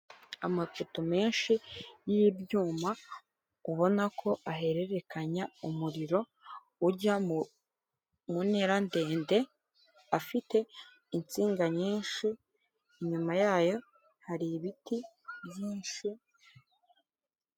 Amafoto menshi y'ibyuma ubona ko ahererekanya umuriro ujya mu ntera ndende afite insinga nyinshi inyuma yayo hari ibiti byinshi.